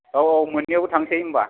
औ औ मोननैयावबो थांसै होमबा